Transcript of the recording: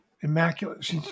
immaculate